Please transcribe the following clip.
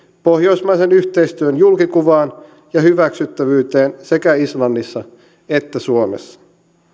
pohjoismaisen yhteistyön julkikuvaan ja hyväksyttävyyteen sekä islannissa että suomessa